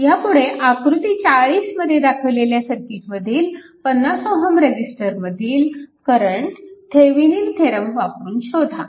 ह्यापुढे आकृती 40 मध्ये दाखवलेल्या सर्किटमधील 50 Ω रेजिस्टरमधील करंट थेविनिन थेरम वापरून शोधा